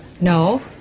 no